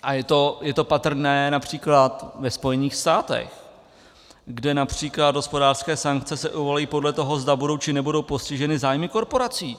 A je to patrné například ve Spojených státech, kde například hospodářské sankce se uvalují podle toho, zda budou, či nebudou postiženy zájmy korporací.